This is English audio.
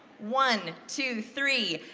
one, two, three!